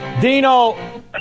Dino